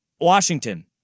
Washington